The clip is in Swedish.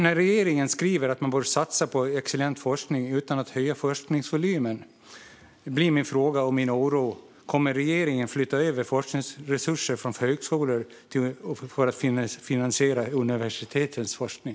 När regeringen skriver att man borde satsa på excellent forskning utan att höja forskningsvolymen blir min fråga - och min oro - denna: Kommer regeringen att flytta över forskningsresurser från högskolor för att finansiera universitetens forskning?